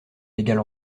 légale